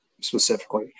specifically